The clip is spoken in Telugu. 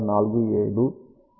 47λ అవుతుంది